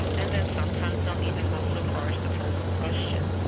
and then sometimes they'll even go so far as to pose a question.